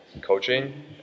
coaching